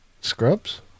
scrubs